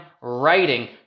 writing